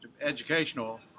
educational